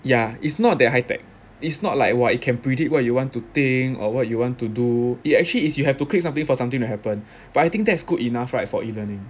ya it's not that high tech it's not like !wah! it can predict what you want to think or what you want to do it actually is you have to click something for something to happen but I think that's good enough right for e-learning